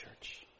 church